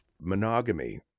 Monogamy